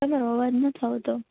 તમારો અવાજ નથી આવતો